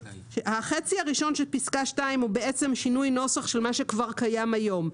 החצי הראשון של פסקה 2 הוא בעצם שינוי נוסח של מה שכבר קיים היום.